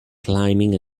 climbing